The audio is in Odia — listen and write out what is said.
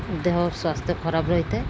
ଦେହ ସ୍ୱାସ୍ଥ୍ୟ ଖରାପ ରହିଥାଏ